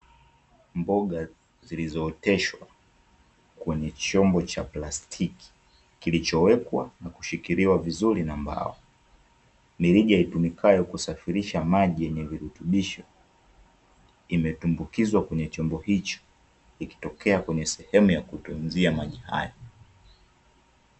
Mboga zilizooteshwa kwenye chombo cha plastiki kilichowekwa na kushikiliwa vizuri na mbao, mirija itumikayo kusafirisha maji yenye virutubisho imetumbukizwa kwenye chombo hicho likitokea kwenye sehemu ya kutunzia maji haya .